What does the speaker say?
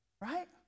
right